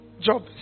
Job